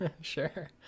sure